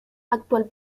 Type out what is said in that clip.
actual